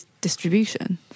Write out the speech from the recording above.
distribution